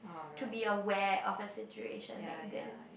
to be aware of the situation like this